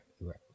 right